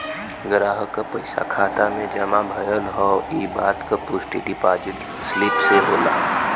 ग्राहक क पइसा खाता में जमा भयल हौ इ बात क पुष्टि डिपाजिट स्लिप से होला